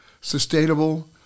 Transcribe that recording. Sustainable